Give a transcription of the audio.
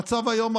המצב היום,